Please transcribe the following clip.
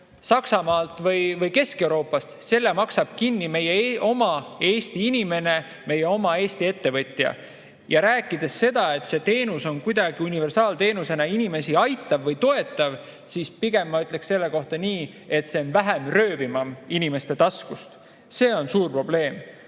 Saksamaalt või Kesk-Euroopast, selle maksab kinni meie oma Eesti inimene, meie oma Eesti ettevõtja. Ja kui räägitakse seda, et see teenus on kuidagi universaalteenusena inimesi aitav või toetav, siis pigem ma ütleksin selle kohta nii, et see on inimeste taskust vähem rööviv. See on suur probleem. Nüüd,